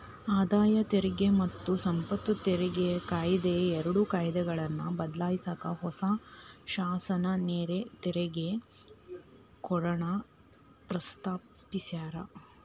ಆದಾಯ ತೆರಿಗೆ ಮತ್ತ ಸಂಪತ್ತು ತೆರಿಗೆ ಕಾಯಿದೆ ಎರಡು ಕಾಯ್ದೆಗಳನ್ನ ಬದ್ಲಾಯ್ಸಕ ಹೊಸ ಶಾಸನ ನೇರ ತೆರಿಗೆ ಕೋಡ್ನ ಪ್ರಸ್ತಾಪಿಸ್ಯಾರ